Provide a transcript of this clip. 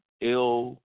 ill